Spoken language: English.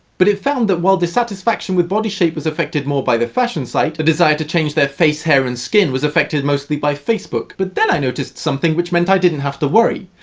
but it found that while dissatisfaction with body shape was affected more by the fashion site, a desire to change their face, hair, and skin was affected mostly by facebook. but then i noticed something, which meant i didn't have to worry.